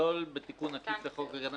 סעיף קטן (ו)